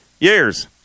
years